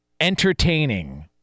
entertaining